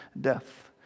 death